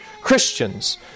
Christians